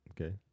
Okay